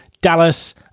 Dallas